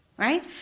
Right